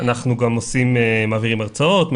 אנחנו גם מעבירים הרצאות,